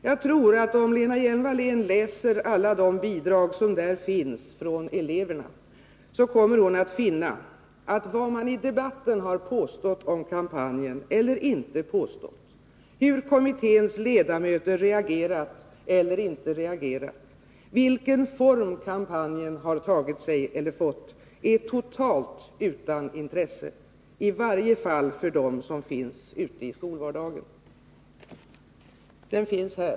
Jag tror att om Lena Hjelm-Wallén läser alla de bidrag som där finns från elever, kommer hon att finna att vad man i debatten har påstått eller inte påstått om kampanjen, hur kommitténs ledamöter reagerat eller inte reagerat, vilken form kampanjen har tagit sig eller fått är totalt utan intresse, i varje fall för dem som finns ute i skolvardagen. Korrekturet finns här.